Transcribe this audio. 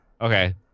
Okay